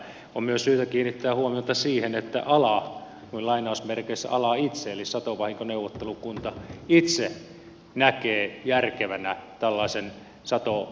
on myös syytä kiinnittää huomiota siihen että ala itse eli satovahinkoneuvottelukunta itse näkee järkevänä tällaisen satovahinkovakuutusjärjestelmän aikaansaamisen